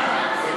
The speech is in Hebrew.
התשובה.